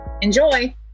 Enjoy